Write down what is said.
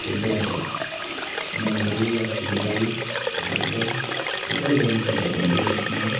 त्यो चाहिँ अब मेन्टली या फिजिकली दुईवटै थुप्रै बेनिफिटहरू हुन्छ त्यसमा है